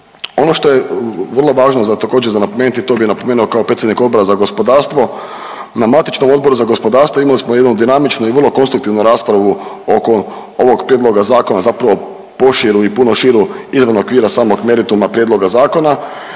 Ono što je vrlo važno za, također za napomenuti to bi napomenuo kao predsjednik Odbora za gospodarstvo. Na matičnom Odboru za gospodarstvo imali smo jednu dinamičnu i vrlo konstruktivnu raspravu oko ovog prijedloga zakona, zapravo poširu i puno širu izvan okvira samog merituma prijedloga zakona